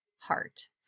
heart